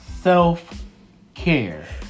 self-care